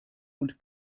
und